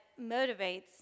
motivates